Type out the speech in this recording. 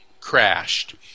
crashed